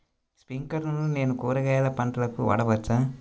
స్ప్రింక్లర్లను నేను కూరగాయల పంటలకు వాడవచ్చా?